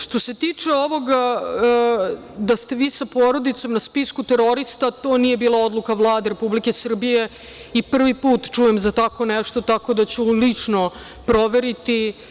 Što ste tiče ovog da ste vi sa porodicom na spisku terorista, to nije bila odluka Vlade Republike Srbije i prvi put čujem za tako nešto, tako da ću lično proveriti.